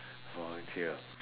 volunteer